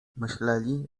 myśleli